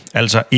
altså